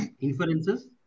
inferences